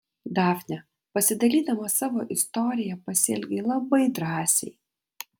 dafne pasidalydama savo istorija pasielgei labai drąsiai